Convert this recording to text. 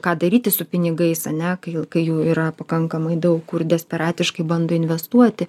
ką daryti su pinigais ane kai kai jų yra pakankamai daug kur desperatiškai bando investuoti